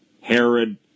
Herod